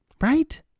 Right